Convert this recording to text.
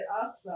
up